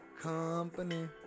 company